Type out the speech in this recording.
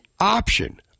option